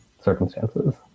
circumstances